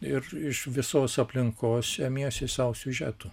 ir iš visos aplinkos semiesi sau siužetų